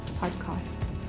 podcasts